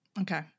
Okay